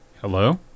Hello